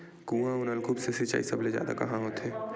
कुआं अउ नलकूप से सिंचाई सबले जादा कहां होथे?